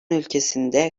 ülkesinde